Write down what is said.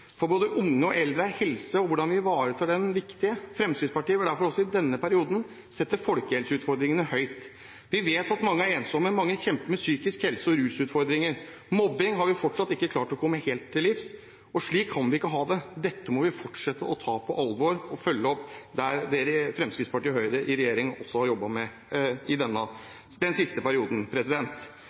For både unge og eldre er helse og hvordan vi ivaretar den, viktig. Fremskrittspartiet vil derfor også i denne perioden sette folkehelseutfordringene høyt. Vi vet at mange er ensomme, og mange kjemper med psykisk helse- og rusutfordringer. Mobbing har vi fortsatt ikke klart å komme helt til livs. Slik kan vi ikke ha det. Dette må vi fortsette å ta på alvor og følge opp det Fremskrittspartiet og Høyre i regjering også har jobbet med i den siste perioden.